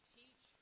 teach